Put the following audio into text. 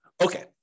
Okay